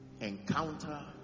Encounter